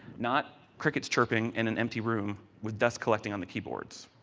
not crickets chirping in an empty room with dust collecting on the keyboards.